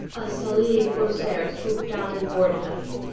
a sallee corsair swooped down and boarded us.